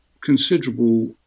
considerable